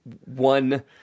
one